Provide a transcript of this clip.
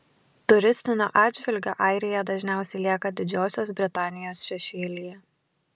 turistiniu atžvilgiu airija dažniausiai lieka didžiosios britanijos šešėlyje